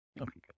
Okay